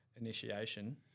initiation